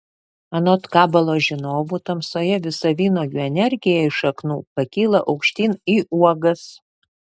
anot kabalos žinovų tamsoje visa vynuogių energija iš šaknų pakyla aukštyn į uogas